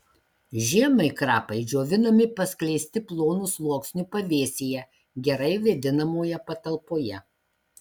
žiemai krapai džiovinami paskleisti plonu sluoksniu pavėsyje gerai vėdinamoje patalpoje